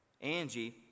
Angie